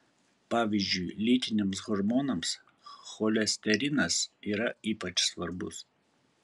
pavyzdžiui lytiniams hormonams cholesterinas yra ypač svarbus